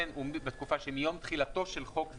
בתקופה שמיום תחילתו של חוק זה.